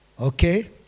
Okay